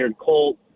Colt